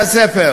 טעם.